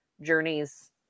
journeys